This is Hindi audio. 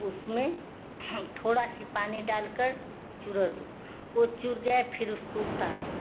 उसमें थोड़ा सी पानी डाल कर चुरद दो वो चूर गया फिर उसको उतार दो